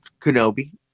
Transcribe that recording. Kenobi